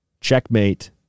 Checkmate